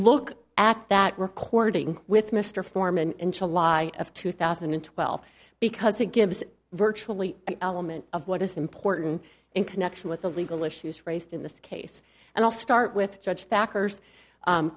look at that recording with mr foreman in july of two thousand and twelve because it gives virtually element of what is important in connection with the legal issues raised in the case and i'll start with judge bakker's